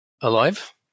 alive